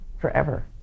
forever